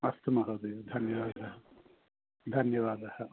अस्तु महोदय धन्यवादः धन्यवादः